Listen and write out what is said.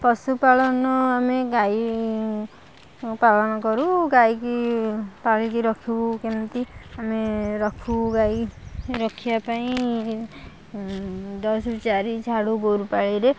ପଶୁପାଳନ ଆମେ ଗାଈ ପାଳନ କରୁ ଗାଈକି ପାଳିକି ରଖିବୁ କେମିତି ଆମେ ରଖୁ ଗାଈ ରଖିବା ପାଇଁ ଦଶ ରୁ ଚାରି ଗୋରୁପାଳିରେ